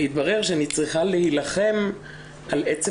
התברר שאני צריכה להילחם על עצם